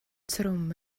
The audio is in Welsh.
trwm